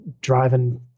driving